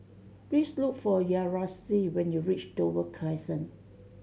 please look for Yaretzi when you reach Dover Crescent